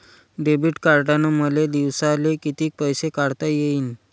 Debit कार्डनं मले दिवसाले कितीक पैसे काढता येईन?